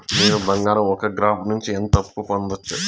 నేను బంగారం ఒక గ్రాము నుంచి ఎంత అప్పు పొందొచ్చు